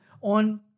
on